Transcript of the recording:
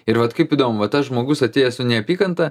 ir vat kaip įdomu va tas žmogus atėjęs su neapykanta